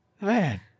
Man